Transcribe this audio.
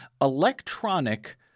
electronic